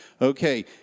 Okay